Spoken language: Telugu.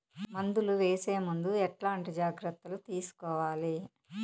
మందులు వేసే ముందు ఎట్లాంటి జాగ్రత్తలు తీసుకోవాలి?